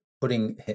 putting